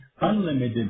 unlimited